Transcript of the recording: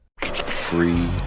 Free